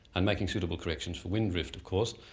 and making suitable corrections for wind drift of course,